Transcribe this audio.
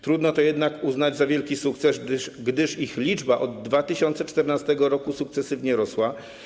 Trudno to jednak uznać za wielki sukces, gdyż ich liczba od 2014 r. sukcesywnie rosła.